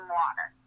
water